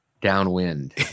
downwind